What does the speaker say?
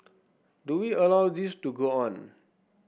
do we allow this to go on